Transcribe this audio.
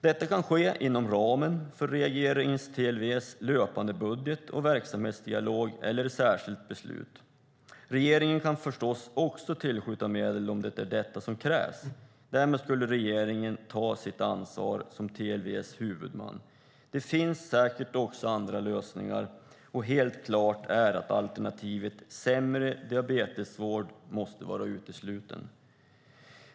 Detta kan ske inom ramen för regeringens och TLV:s löpande budget och verksamhetsdialog eller i ett särskilt beslut. Regeringen kan förstås också tillskjuta medel om det är detta som krävs. Därmed skulle regeringen ta sitt ansvar som TLV:s huvudman. Det finns säkert också andra lösningar. Helt klart är att alternativet sämre diabetesvård måste vara uteslutet.